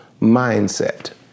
mindset